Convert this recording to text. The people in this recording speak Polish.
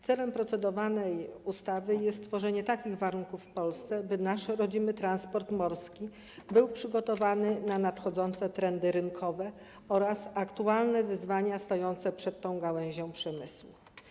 Celem procedowanej ustawy jest stworzenie w Polsce takich warunków, by nasz rodzimy transport morski był przygotowany na nadchodzące trendy rynkowe oraz aktualne wyzwania stojące przed tą gałęzią przemysłu.